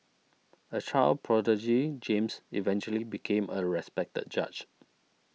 a child prodigy James eventually became a respected judge